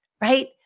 right